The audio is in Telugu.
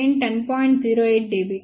08 dB